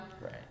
Right